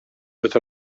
with